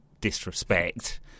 disrespect